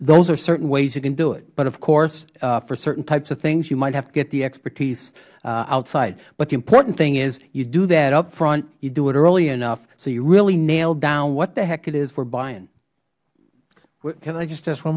those are certain ways you can do it but of course for certain types of things you might have to get the expertise outside but the important thing is you do that up front you do it early enough so you really nail down what the heck it is we are buying mister connolly can i just ask one